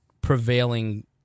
prevailing